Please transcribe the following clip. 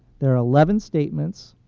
there are eleven statements.